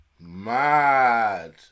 Mad